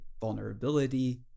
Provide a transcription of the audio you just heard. vulnerability